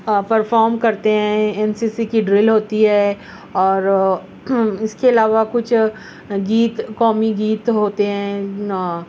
perform کرتے ہیں N C C کی ڈریل ہوتی ہے اور اس کے علاوہ کچھ گیت قومی گیت ہوتے ہیں